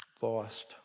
lost